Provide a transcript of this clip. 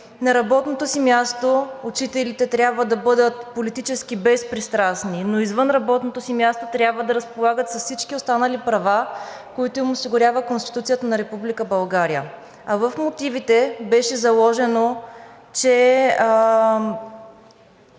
работното си място учителите трябва да бъдат политически безпристрастни, но извън работното си място трябва да разполагат с всички останали права, които им осигурява Конституцията на Република България. А в мотивите беше заложено, че